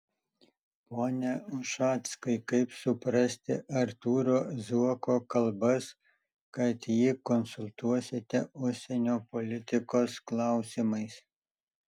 pone ušackai kaip suprasti artūro zuoko kalbas kad jį konsultuosite užsienio politikos klausimais